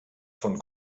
von